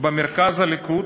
במרכז הליכוד